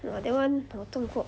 !wah! that [one] but 我中过